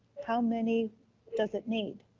how many does it need?